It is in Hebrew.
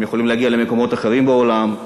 הם יכולים להגיע למקומות אחרים בעולם,